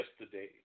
yesterday